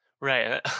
right